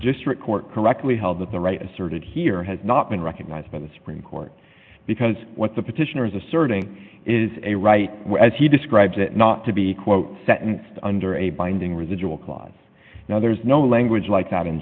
district court correctly held that the right asserted here has not been recognized by the supreme court because what the petitioner is asserting is a right as he describes it not to be quote sentenced under a binding residual clause now there is no language like that